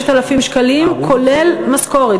וזה עד 6,000 שקלים כולל משכורת.